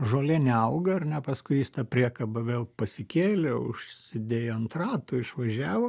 žolė neauga ar ne paskui jis tą priekabą vėl pasikėlė užsidėjo ant ratų išvažiavo